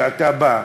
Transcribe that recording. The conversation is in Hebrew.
כשאתה בא,